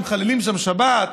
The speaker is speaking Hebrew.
שמחללים שם שבת,